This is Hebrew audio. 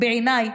בעיניי,